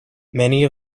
many